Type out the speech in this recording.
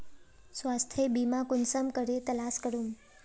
स्वास्थ्य बीमा कुंसम करे तलाश करूम?